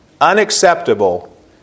Unacceptable